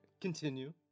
Continue